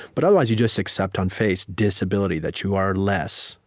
but otherwise you just accept on face, disability, that you are less,